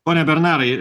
pone bernarai